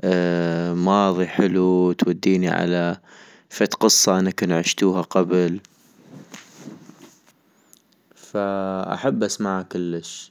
ااا ماضي حلو، توديني على فد قصة انا كن عشتوها قبل، فاحب اسمعا كلش